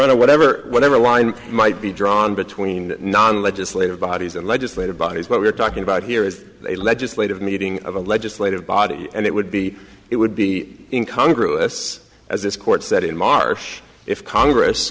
honor whatever whatever line might be drawn between non legislative bodies and legislative bodies what we're talking about here is a legislative meeting of a legislative body and it would be it would be in congress as this court said in march if congress